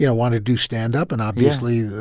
you know wanted do stand-up, and, obviously,